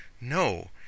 No